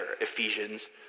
Ephesians